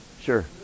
Sure